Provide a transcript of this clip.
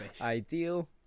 ideal